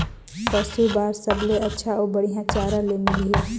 पशु बार सबले अच्छा अउ बढ़िया चारा ले मिलही?